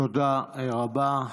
תודה רבה.